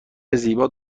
زیبا